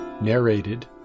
Narrated